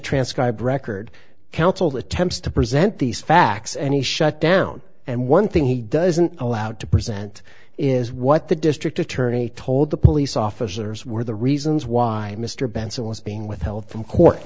transcribed record counsel attempts to present these facts and he shut down and one thing he doesn't allow to present is what the district attorney told the police officers were the reasons why mr benson was being withheld from court